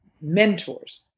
mentors